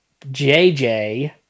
JJ